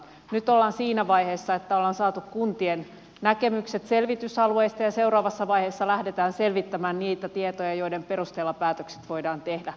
nyt ollaan siinä vaiheessa että on saatu kuntien näkemykset selvitysalueista ja seuraavassa vaiheessa lähdetään selvittämään niitä tietoja joiden perusteella päätökset voidaan tehdä